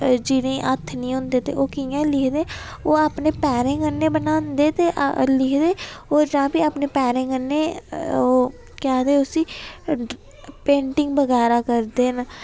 जि'नेंगी हत्थ निं होंदे ते ओह् कि'यां लिखदे ओह् अपने पैरें कन्नै बनांदे ते लिखदे ओह् जां प्ही अपने पैरें कन्नै ओह् केह् आखदे उसी पेंटिंग बगैरा करदे न